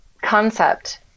concept